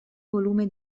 volume